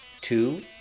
two